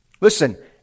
Listen